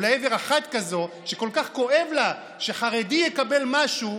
או לעבר אחת כזאת שכל כך כואב לה שחרדי יקבל משהו.